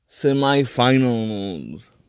semi-finals